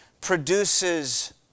produces